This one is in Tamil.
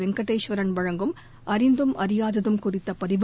வெங்கடேஸ்வரன் வழங்கும் அறிந்ததும் அறியாததும் குறித்த பதிவு